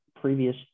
previous